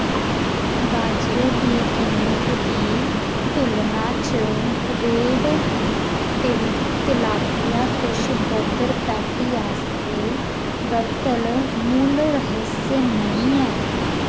बाजरे दियें कीमत दी तुलना च ग्रेड तिल तिलापिया फिश बर्गर पैटी आस्तै बरतल मुल्ल रहस्य नेईं ऐ